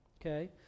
okay